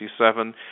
1967